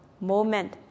moment